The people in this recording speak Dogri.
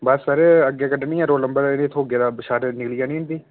बस सर अग्गै कड्ढनी ऐ रोल नंबर थोह्गे तां सारी निकली जानी इंदी